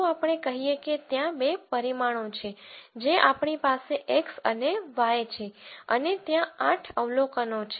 ચાલો આપણે કહીએ કે ત્યાં બે પરિમાણો છે જે આપણી પાસે x અને y છે અને ત્યાં આઠ અવલોકનો છે